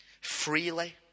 Freely